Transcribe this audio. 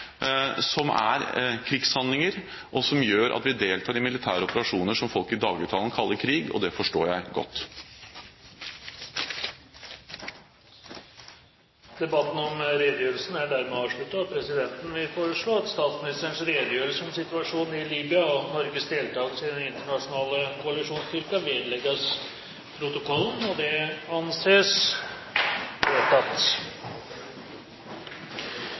som er krigshandlinger. Det gjør at vi deltar i militære operasjoner som folk i dagligtale kaller krig, og det forstår jeg godt. Debatten om redegjørelsen er dermed avsluttet. Presidenten vil foreslå at statsministerens redegjørelse om situasjonen i Libya og Norges deltakelse i den internasjonale koalisjonsstyrken vedlegges protokollen. – Det anses vedtatt.